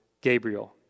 Gabriel